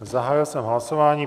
Zahájil jsem hlasování.